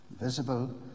Visible